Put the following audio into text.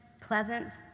pleasant